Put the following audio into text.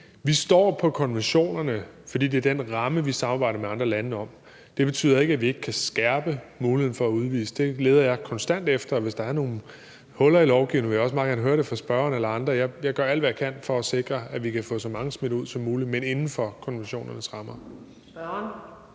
Vi står på konventionerne, fordi det er den ramme, vi samarbejder med andre lande om. Det betyder ikke, at vi ikke kan skærpe muligheden for at udvise. Det leder jeg konstant efter, og hvis der er nogen huller i lovgivningen, vil jeg også meget gerne høre om det fra spørgeren eller andre. Jeg gør alt, hvad jeg kan, for at sikre, at vi kan få så mange smidt ud som muligt, men inden for konventionernes rammer. Kl.